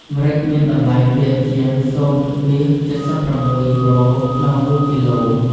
ម្រេចមានតម្លៃទាបជាង ០,៧៦ យូរ៉ូ ក្នុងមួយគីឡូ។